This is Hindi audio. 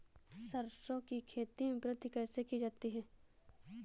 सरसो की खेती में वृद्धि कैसे की जाती है?